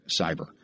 cyber